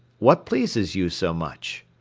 what pleases you so much?